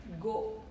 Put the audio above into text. go